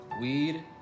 weed